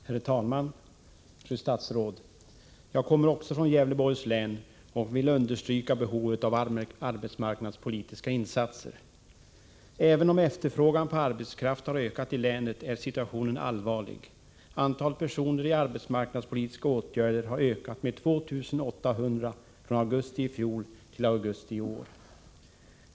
Herr talman! Jag kommer också från Gävleborgs län och vill understryka behovet av arbetsmarknadspolitiska insatser. Även om efterfrågan på arbetskraft har ökat i länet är situationen allvarlig. Antalet personer i arbetsmarknadspolitiska åtgärder har ökat med 2 800 från augusti i fjol till augusti i år.